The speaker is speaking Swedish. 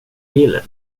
vill